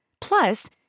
Plus